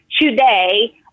today